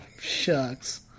shucks